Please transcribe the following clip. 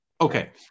okay